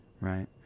right